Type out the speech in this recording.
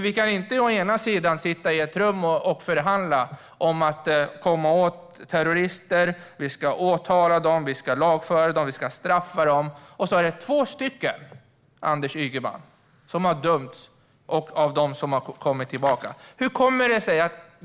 Vi kan inte sitta i ett rum och förhandla om att komma åt terrorister, åtala dem, lagföra dem och straffa dem när det är två stycken som har dömts av dem som har kommit tillbaka, Anders Ygeman.